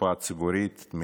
הקופה הציבורית,